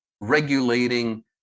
regulating